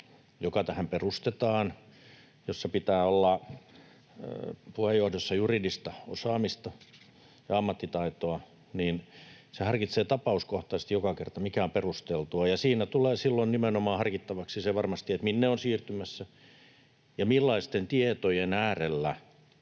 joka tähän perustetaan ja jossa pitää olla puheenjohdossa juridista osaamista ja ammattitaitoa, harkitsee tapauskohtaisesti joka kerta, mikä on perusteltua. Siinä tulee silloin harkittavaksi varmasti nimenomaan se, minne on siirtymässä ja millaisten tietojen äärellä